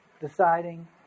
deciding